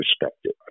perspective